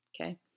okay